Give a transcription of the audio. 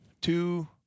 Two